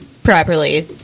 Properly